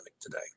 today